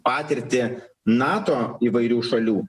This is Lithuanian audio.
patirtį nato įvairių šalių